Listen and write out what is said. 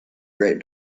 great